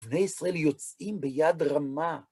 בני ישראל יוצאים ביד רמה.